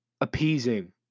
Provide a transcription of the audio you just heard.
appeasing